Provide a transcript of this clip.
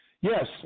Yes